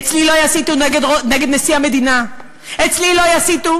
אצלי לא יסיתו נגד נשיא המדינה, אצלי לא יסיתו